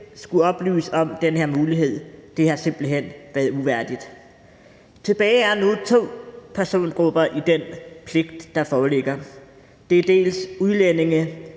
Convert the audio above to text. skullet oplyse om den her mulighed. Det har simpelt hen været uværdigt. Tilbage er der nu to persongrupper i forhold til den pligt, der foreligger. Der er udlændinge